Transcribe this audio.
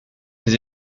ses